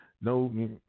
no